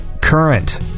current